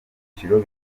byiciro